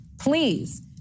please